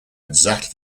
exactly